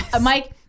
Mike